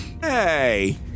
Hey